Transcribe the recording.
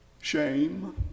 Shame